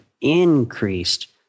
increased